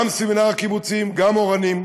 גם סמינר הקיבוצים, גם אורנים.